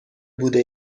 بوده